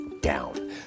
down